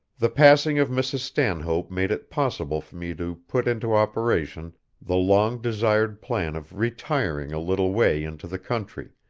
the passing of mrs. stanhope made it possible for me to put into operation the long-desired plan of retiring a little way into the country,